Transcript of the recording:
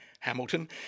Hamilton